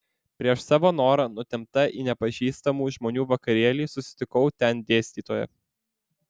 prieš savo norą nutempta į nepažįstamų žmonių vakarėlį susitikau ten dėstytoją